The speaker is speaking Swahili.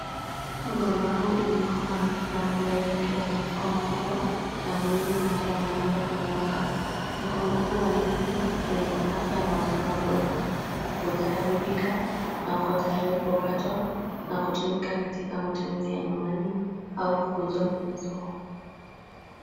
Mgomba huu umekomaa na matawi yake yamekuwa makubwa na mengine hata yameanza kunyauka. Mkongo huu wa ndizi ni wenye afya na usawa bora, hujaharibika na uko tayari kukatwa na kutumika katika matumizi ya nyumbani au kuuzwa kwenye soko.